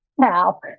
now